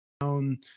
down